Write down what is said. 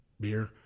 beer